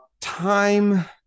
time